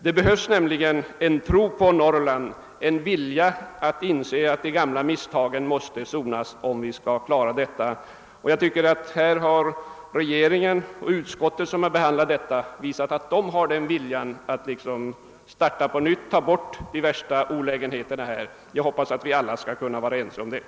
Det behövs en tro på Norrland, en vilja att inse att de gamla misstagen måste sonas. Regeringen och utskotten har visat att de har viljan att starta på nytt och ta bort de värsta olägenheterna. Jag hoppas att vi alla skall kunna vara ense om detta.